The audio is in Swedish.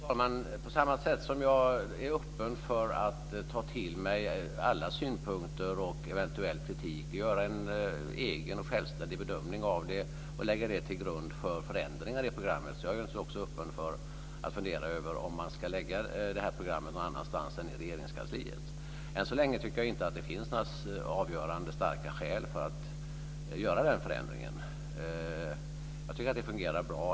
Fru talman! På samma sätt som jag är öppen för att ta till mig alla synpunkter och eventuell kritik är jag öppen för att göra en egen självständig bedömning och lägga den till grund för förändringar i programmet. Jag är alltså öppen för att fundera över om man ska lägga programmet någon annanstans än i Än så länge tycker jag inte att det finns några avgörande skäl för att göra den förändringen. Jag tycker att det fungerar bra.